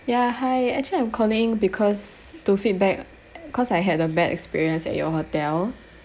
ya hi actually I'm calling because to feedback cause I had a bad experience at your hotel